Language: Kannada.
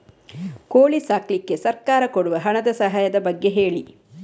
ಕೋಳಿ ಸಾಕ್ಲಿಕ್ಕೆ ಸರ್ಕಾರ ಕೊಡುವ ಹಣದ ಸಹಾಯದ ಬಗ್ಗೆ ಹೇಳಿ